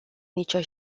nicio